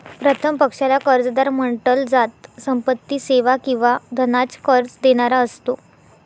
प्रथम पक्षाला कर्जदार म्हंटल जात, संपत्ती, सेवा किंवा धनाच कर्ज देणारा असतो